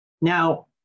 Now